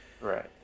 Right